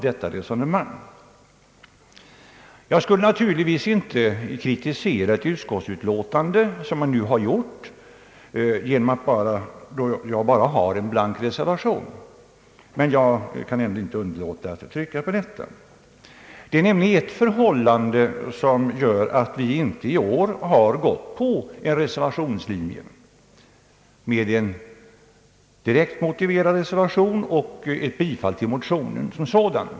Jag borde naturligtvis egentligen inte kritisera ett utskottsutlåtande på det sätt som jag nu har gjort, eftersom jag bara har en blank reservation, men jag kan ändå inte underlåta att anföra detta. Det är nämligen ett särskilt förhållande som gör att vi i år inte har avlämnat en motiverad reservation med yrkande om bifall till motionen som sådan.